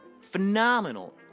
Phenomenal